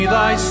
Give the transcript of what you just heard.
Thy